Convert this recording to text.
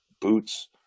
boots